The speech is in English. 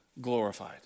glorified